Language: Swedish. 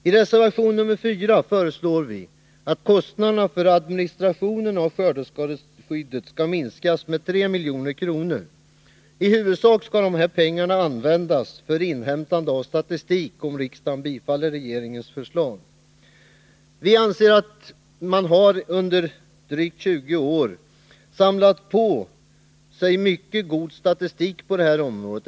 I reservation 4 föreslår vi att kostnaderna för administrationen av skördeskadeskyddet skall minskas med 3 milj.kr. I huvudsak skall dessa pengar, enligt regeringens förslag, användas för inhämtande av statistik. Vi anser att man under drygt 20 år har samlat på sig mycken god statistik på detta område.